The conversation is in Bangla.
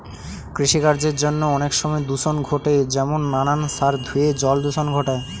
কৃষিকার্যের জন্য অনেক সময় দূষণ ঘটে যেমন নানান সার ধুয়ে জল দূষণ ঘটায়